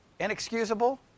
Inexcusable